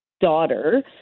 daughter